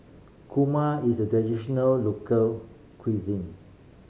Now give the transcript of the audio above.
kurma is a traditional local cuisine